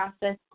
process